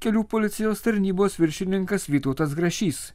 kelių policijos tarnybos viršininkas vytautas grašys